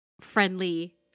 friendly